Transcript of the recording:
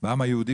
בפרט בעם היהודי,